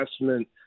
investment